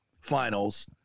finals